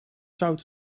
zout